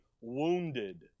wounded